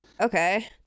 Okay